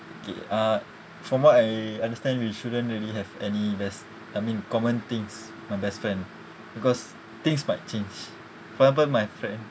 okay uh from what I understand we shouldn't really have any less I mean common things my best friend because things might change for example my friend